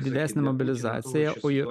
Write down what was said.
didesnė mobilizacija o ji